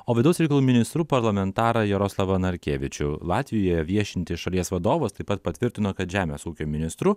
o vidaus reikalų ministru parlamentarą jaroslavą narkevičių latvijoje viešintis šalies vadovas taip pat patvirtino kad žemės ūkio ministru